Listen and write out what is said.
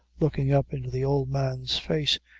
looking up into the old man's face,